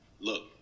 Look